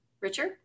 Richard